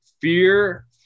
fear